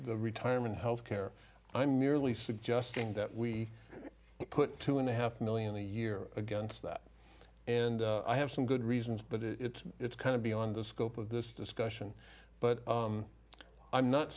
retirement health care i'm merely suggesting that we put two and a half million a year against that and i have some good reasons but it's it's kind of beyond the scope of this discussion but i'm not